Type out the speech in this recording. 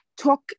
Talk